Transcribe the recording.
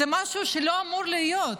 זה משהו שלא אמור להיות,